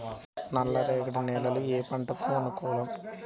నల్ల రేగడి నేలలు ఏ పంటకు అనుకూలం?